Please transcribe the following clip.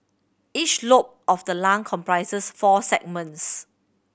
each lobe of the lung comprises four segments